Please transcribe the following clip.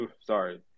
Sorry